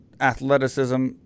athleticism